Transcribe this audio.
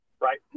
Right